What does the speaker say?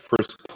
first